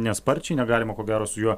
nesparčiai negalima ko gero su juo